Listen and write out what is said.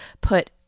put